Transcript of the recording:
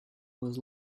was